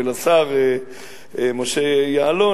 ולשר משה יעלון,